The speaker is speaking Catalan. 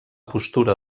postura